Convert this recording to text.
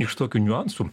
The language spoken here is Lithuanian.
iš tokių niuansų